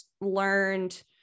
learned